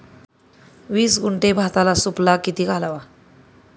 वीस गुंठे भाताला सुफला किती घालावा?